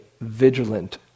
vigilant